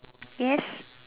yes